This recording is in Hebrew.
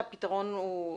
בכל מה שקשור לחוף